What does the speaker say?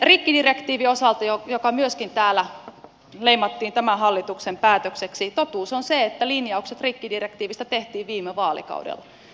rikkidirektiivin osalta joka myöskin täällä leimattiin tämän hallituksen päätökseksi totuus on se että linjaukset rikkidirektiivistä tehtiin viime vaalikaudella